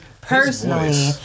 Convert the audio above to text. personally